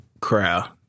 crowd